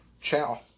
Ciao